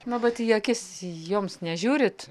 nu bet į akis joms nežiūrit